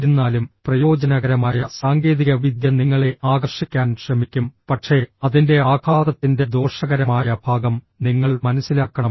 എന്നിരുന്നാലും പ്രയോജനകരമായ സാങ്കേതികവിദ്യ നിങ്ങളെ ആകർഷിക്കാൻ ശ്രമിക്കും പക്ഷേ അതിന്റെ ആഘാതത്തിന്റെ ദോഷകരമായ ഭാഗം നിങ്ങൾ മനസ്സിലാക്കണം